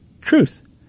Truth